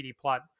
plot